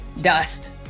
dust